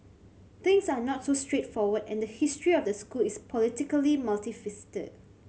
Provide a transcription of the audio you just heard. things are not so straightforward and history of the school is politically multifaceted